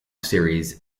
series